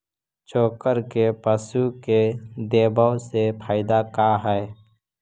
चोकर के पशु के देबौ से फायदा का है?